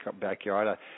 backyard